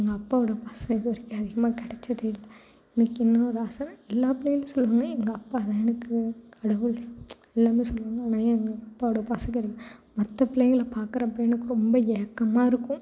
எங்கள் அப்பாவோட பாசம் இது வரைக்கும் அதிகமாக கிடைச்சதே இல்லை எனக்கு இன்னொரு ஆசை எல்லாப் பிள்ளைகளும் சொல்வாங்க எங்கள் அப்பா தான் எனக்கு கடவுள் எல்லோருமே சொல்வாங்க உன்னை ஏன் உங்கள் அப்பாவோட பாசமே கிடைக்கல மற்ற பிள்ளைங்கள பாக்கிறப்போ எனக்கு ரொம்ப ஏக்கமாக இருக்கும்